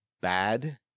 bad